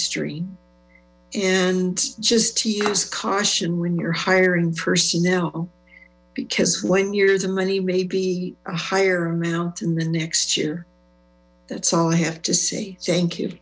sream and just to use caution when you're hiring personnel because when you're the money may be a higher amount in the next year that's all i have to say thank you